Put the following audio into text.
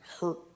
hurt